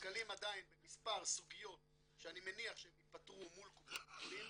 נתקלים עדיין במספר סוגיות שאני מניח שהן ייפתרו מול קופות החולים.